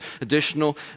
additional